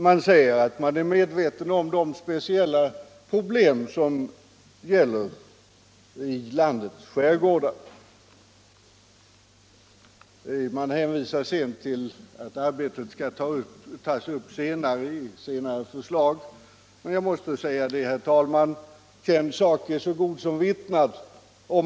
Man säger att man är medveten om de speciella problem som gäller landets skärgårdar. Sedan hänvisar man till att frågan skall tas upp i senare förslag. Men jag måste säga, herr talman, att känd sak är så god som vittnad.